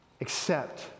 accept